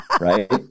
Right